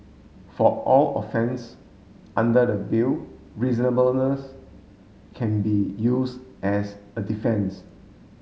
for all offence under the Bill reasonableness can be use as a defence